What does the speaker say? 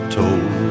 told